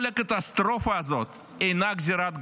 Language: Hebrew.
כל הקטסטרופה הזאת אינה גזירת גורל.